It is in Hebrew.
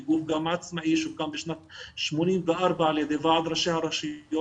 היא גוף עצמאי שהוקם בשנת 1984 שהוקם על ידי ועד ראשי הרשויות